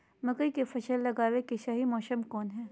मकई के फसल लगावे के सही मौसम कौन हाय?